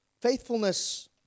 faithfulness